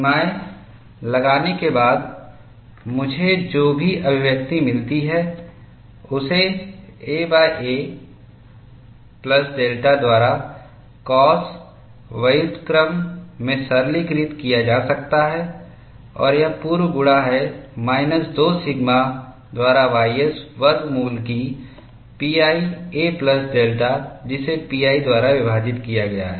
सीमाएं लगाने के बाद मुझे जो भी अभिव्यक्ति मिलती है उसे aa प्लस डेल्टा द्वारा कॉस व्युत्क्रम में सरलीकृत किया जा सकता है और यह पूर्व गुणा है माइनस 2 सिग्मा द्वारा ys वर्गमूल की pi a प्लस डेल्टा जिसे pi द्वारा विभाजित किया गया है